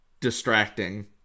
distracting